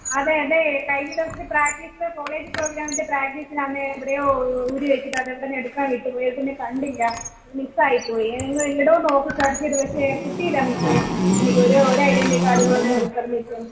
അതെ അതെ കഴിഞ്ഞ ദിവസത്തെ പ്രാക്ടീസ് കോളേജ് പ്രോഗ്രാമിൻ്റെ പ്രാക്ടീസിനന്ന് എവിടെയോ ഊരി വെച്ചിട്ടത് അവിടുന്ന് എടുക്കാൻ വിട്ടുപോയി പിന്നെ കണ്ടില്ല മിസ്സായി പോയി ഞങ്ങൾ എല്ലായിടവും നോക്കി സെർച്ചെയ്തു പക്ഷേ കിട്ടിയില്ല മിസ്സെ എനിക്കൊരു ഒരൈഡൻ്റി കാർഡും കൂടൊന്ന് പെർമിഷൻ